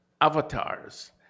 avatars